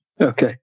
Okay